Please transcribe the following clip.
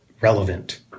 relevant